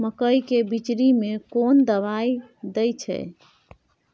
मकई के बिचरी में कोन दवाई दे छै?